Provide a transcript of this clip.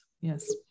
Yes